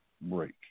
break